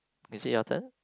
is it your turn